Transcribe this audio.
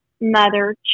mother